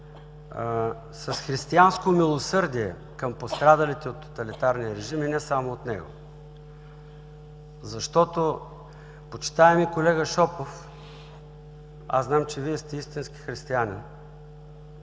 с християнско милосърдие към пострадалите от тоталитарния режим, и не само от него. Защото, почитаеми колега Шопов, знам, че Вие сте истински християнин